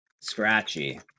Scratchy